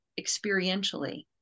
experientially